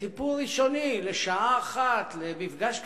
לטיפול ראשוני, לשעה אחת, למפגש קצר.